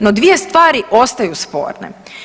No, dvije stvari ostaju sporne.